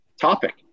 topic